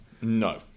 No